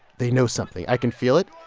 they know something, i can feel it,